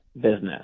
business